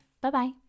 Bye-bye